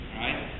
right